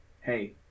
hey